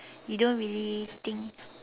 you don't really think